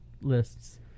lists